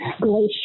Glacier